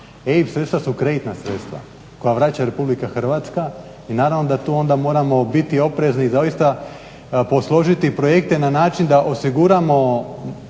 EIB sredstva su kreditna sredstva koje vraća Republika Hrvatska i naravno da tu onda moramo biti oprezni i doista posložiti projekte na način da osiguramo